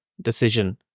decision